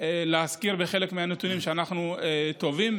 להזכיר בחלק מהנתונים שאנחנו טובים,